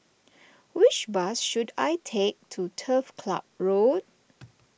which bus should I take to Turf Club Road